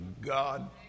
God